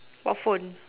what phone